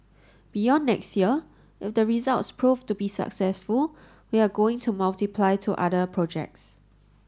beyond next year if the results proved to be successful we are going to multiply to other projects